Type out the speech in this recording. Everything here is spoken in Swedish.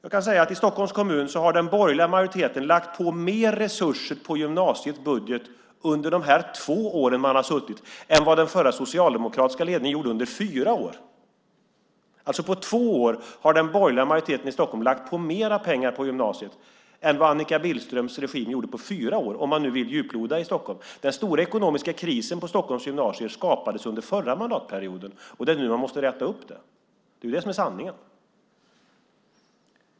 I Stockholms kommun har den borgerliga majoriteten under de två år man suttit lagt mer resurser på gymnasiet än vad den förra socialdemokratiska ledningen gjorde under fyra år. På två år har den borgerliga majoriteten i Stockholm lagt mer pengar på gymnasiet än vad Annika Billströms regim gjorde på fyra år - om man nu vill djuploda i Stockholm. Den stora ekonomiska krisen på Stockholms gymnasier skapades under förra mandatperioden. Nu måste man räta upp det. Det är sanningen.